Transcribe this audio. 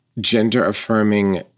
gender-affirming